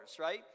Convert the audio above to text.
right